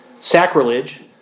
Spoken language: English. sacrilege